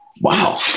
Wow